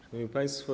Szanowni Państwo!